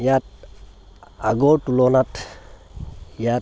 ইয়াত আগৰ তুলনাত ইয়াত